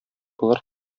болар